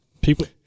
people